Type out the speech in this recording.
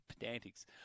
pedantics